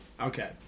Okay